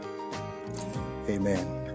Amen